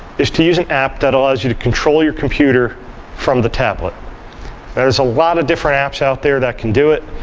is to use an app that allows you to control your computer from the tablet. now there's a lot of different apps out there that can do it.